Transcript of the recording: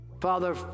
Father